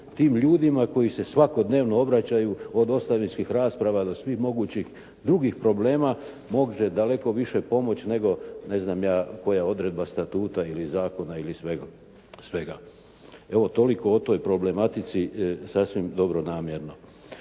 tim ljudima koji se svakodnevno obraćaju od ostavinskih rasprava do svih mogućih drugih problema može daleko više pomoći nego ne znam ja koja odredba statuta ili zakona ili svega. Evo, toliko o toj problematici sasvim dobronamjerno.